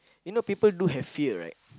you know people do have fear right